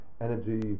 energy